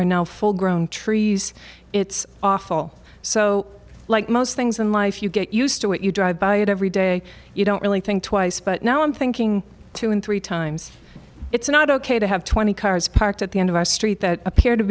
are now full grown trees it's awful so like most things in life you get used to it you drive by it every day you don't really think twice but now i'm thinking two and three times it's not ok to have twenty cars parked at the end of our street that appeared to